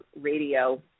radio